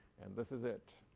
and this is it.